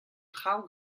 traoù